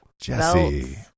Jesse